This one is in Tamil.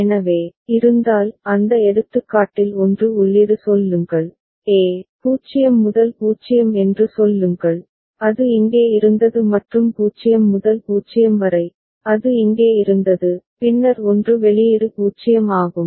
எனவே இருந்தால் அந்த எடுத்துக்காட்டில் 1 உள்ளீடு சொல்லுங்கள் a 0 முதல் 0 என்று சொல்லுங்கள் அது இங்கே இருந்தது மற்றும் 0 முதல் 0 வரை அது இங்கே இருந்தது பின்னர் 1 வெளியீடு 0 ஆகும்